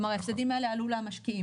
כלומר ההפסדים האלה עלו למשקיעים,